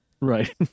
Right